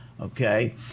okay